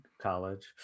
college